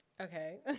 Okay